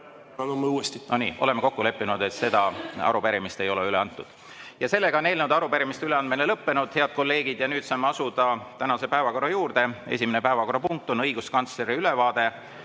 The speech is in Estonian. No nii. Oleme kokku leppinud, et seda arupärimist ei ole üle antud. Eelnõude ja arupärimiste üleandmine on lõppenud. Head kolleegid, nüüd saame asuda tänase päevakorra juurde. Esimene päevakorrapunkt on õiguskantsleri ülevaade